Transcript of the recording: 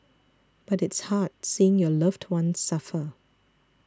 but it's hard seeing your loved one suffer